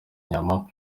nyama